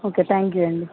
okay thank you అండి